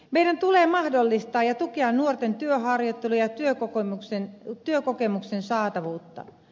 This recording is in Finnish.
meidän tulee mahdollistaa ja tukea nuorten työharjoittelun ja työkokemuksen saatavuutta